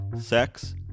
sex